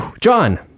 John